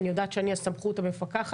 אני יודעת שאני הסמכות המפקחת,